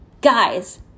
guys